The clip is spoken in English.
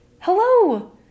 hello